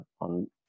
on